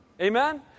Amen